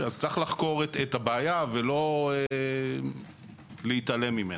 צריך לחקור את הבעיה ולא להתעלם ממנה.